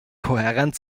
kohärent